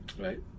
Right